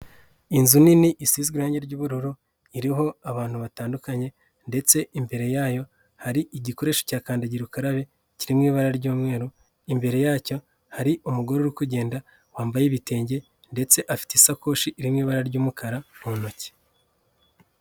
Inzu nini isizwe irangi ry'ububororo iriho abantu batandukanye, ndetse imbere yayo hari igikoresho cya kandagira ukarabe kirimo ibara ry'umweru, imbere yacyo hari umugore uri kugenda wambaye ibitenge ndetse afite isakoshi irimo ibara ry'umukara mu ntoki.